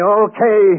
okay